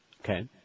Okay